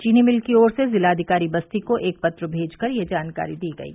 चीनी मिल की ओर से जिलाधिकारी बस्ती को एक पत्र भेजकर यह जानकारी दी गयी